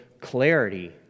clarity